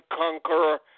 conqueror